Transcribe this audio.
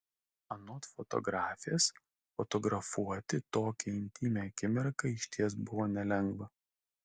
anot fotografės fotografuoti tokią intymią akimirką išties buvo nelengva